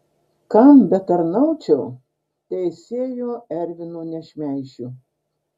kam betarnaučiau teisėjo ervino nešmeišiu